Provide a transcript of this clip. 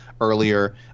earlier